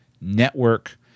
network